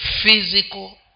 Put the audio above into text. physical